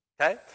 okay